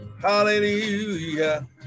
Hallelujah